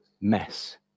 mess